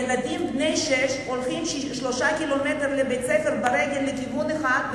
ילדים בני שש הולכים 3 קילומטרים ברגל לבית-הספר בכיוון אחד,